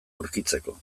aurkitzeko